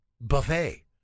buffet